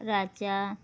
राजा